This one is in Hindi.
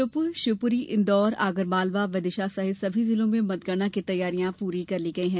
श्योपुर शिवपुरी इंदौर आगरमालवा विदिशा मुरैना सहित सभी जिलों में मतगणना की तैयारियां पूरी कर ली गई हैं